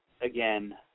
again